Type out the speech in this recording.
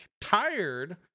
tired